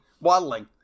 Waddling